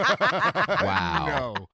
Wow